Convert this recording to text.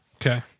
Okay